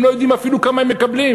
הם לא יודעים אפילו כמה הם מקבלים,